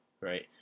right